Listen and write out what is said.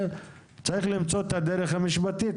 צריך למצוא את הדרך המשפטית,